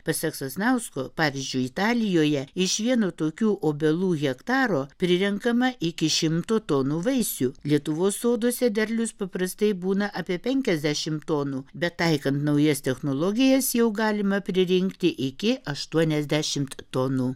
pasak sasnausko pavyzdžiui italijoje iš vieno tokių obelų hektaro prirenkama iki šimto tonų vaisių lietuvos soduose derlius paprastai būna apie penkiasdešim tonų bet taikant naujas technologijas jau galima pririnkti iki aštuoniasdešimt tonų